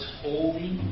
holy